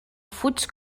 fuig